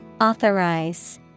Authorize